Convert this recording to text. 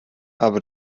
aber